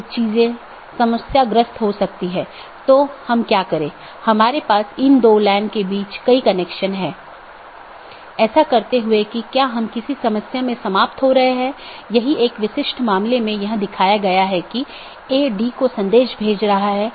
एक पारगमन AS में मल्टी होम AS के समान 2 या अधिक ऑटॉनमस सिस्टम का कनेक्शन होता है लेकिन यह स्थानीय और पारगमन ट्रैफिक दोनों को वहन करता है